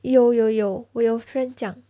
有有有我有 friend 这样